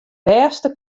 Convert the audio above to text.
bêste